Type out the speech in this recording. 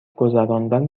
گذراندن